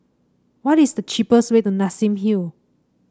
what is the cheapest way to Nassim Hill